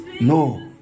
No